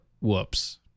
whoops